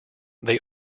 they